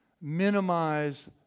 minimize